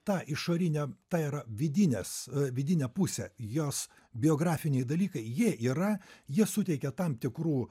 ta išorinė ta yra vidinės vidinė pusė jos biografiniai dalykai jie yra jie suteikia tam tikrų